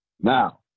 Now